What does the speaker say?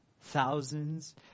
thousands